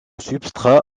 substrat